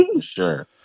Sure